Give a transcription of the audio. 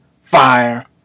Fire